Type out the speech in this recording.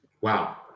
Wow